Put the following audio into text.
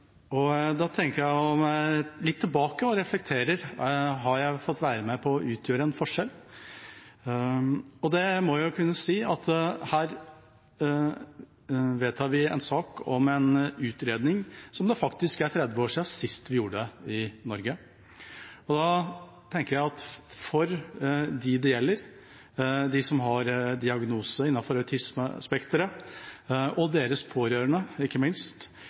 og da vil jeg tenke litt tilbake og reflektere: Har jeg fått være med på å utgjøre en forskjell? Ja, det må jeg kunne si. Vi vedtar i denne saken i dag å få en utredning som det faktisk er 30 år siden sist vi fikk i Norge. For dem det gjelder, de som har en diagnose innenfor autismespekteret, og deres pårørende ikke minst,